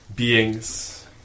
Beings